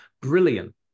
brilliant